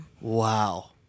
Wow